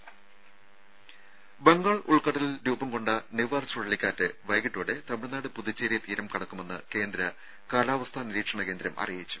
രുമ ബംഗാൾ ഉൾക്കടലിൽ രൂപം കൊണ്ട നിവാർ ചുഴലിക്കാറ്റ് വൈകിട്ടോടെ തമിഴ്നാട് പുതുച്ചേരി തീരം കടക്കുമെന്ന് കേന്ദ്ര കാലാവസ്ഥാ നിരീക്ഷണ കേന്ദ്രം അറിയിച്ചു